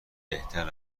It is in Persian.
بهتر